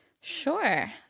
Sure